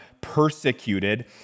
persecuted